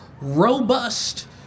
robust